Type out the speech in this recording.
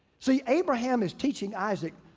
see, abraham is teaching isaac,